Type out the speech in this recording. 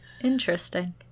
interesting